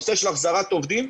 הנושא של החזרת עובדים,